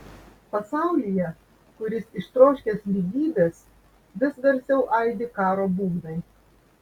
pasaulyje kuris ištroškęs lygybės vis garsiau aidi karo būgnai